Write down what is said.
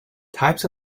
types